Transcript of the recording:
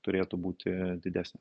turėtų būti didesnė